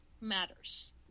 matters